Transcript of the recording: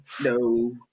No